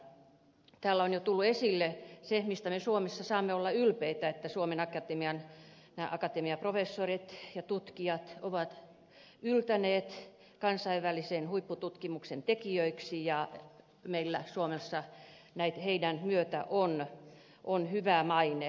täällä on jo tullut esille se mistä me suomessa saamme olla ylpeitä että nämä suomen akatemian akatemiaprofessorit ja tutkijat ovat yltäneet kansainvälisen huippututkimuksen tekijöiksi ja meillä suomessa heidän myötään on hyvä maine